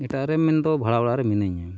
ᱮᱴᱟᱜᱨᱮ ᱢᱮᱱᱫᱚ ᱵᱷᱟᱲᱟ ᱚᱲᱟᱜ ᱨᱮ ᱢᱤᱱᱟᱹᱧᱟ